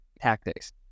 tactics